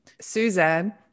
Suzanne